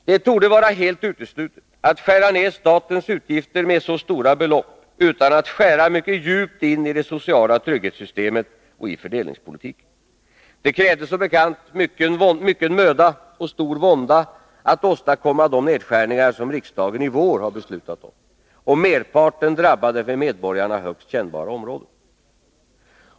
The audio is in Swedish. Det torde vara helt uteslutet att skära ner statens utgifter med så stora belopp utan att skära mycket djupt in i det sociala ' trygghetssystemet och i fördelningspolitiken. Det krävde som bekant mycken möda och stor vånda att åstadkomma de nedskärningar som riksdagen i vår beslutat om. Och merparten drabbade för medborgarna högst kännbara områden.